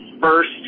first